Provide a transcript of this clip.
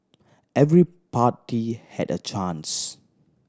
every party had a chance